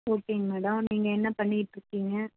ஓகேங்க மேடோம் நீங்கள் என்ன பண்ணிகிட்ருக்கிங்க